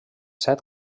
set